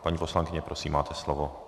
Paní poslankyně, prosím, máte slovo.